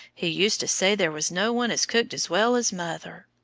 he used to say there was no one as cooked as well as mother.